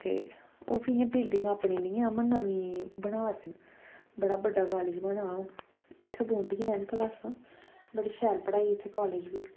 पर उत्थै ओह् फ्ही इ'यां बील्डिंग अपनी निं ऐ इ'यां नमीं बनै'रदी बड़ा बड्डा कालेज बने दा उत्थै बौहंदियां ऐन क्लासां बड़ी शैल पढ़ाई इत्थै कालेज बी